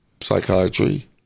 psychiatry